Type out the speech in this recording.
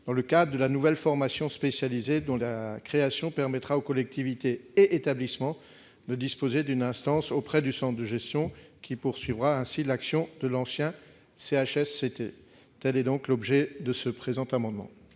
dans le cadre de la nouvelle formation spécialisée, dont la création permettra aux collectivités et établissements de disposer d'une instance auprès du centre de gestion, qui poursuivra ainsi l'action de l'ancien CHSCT. Les deux amendements